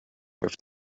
with